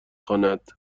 خواند